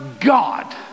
God